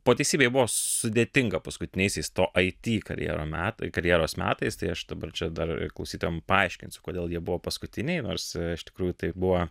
po teisybei buvo sudėtinga paskutiniaisiais to it karjera metai karjeros metais tai aš dabar čia dar klausytojam paaiškinsiu kodėl jie buvo paskutiniai nors iš tikrųjų tai buvo